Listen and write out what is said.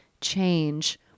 change